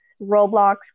Roblox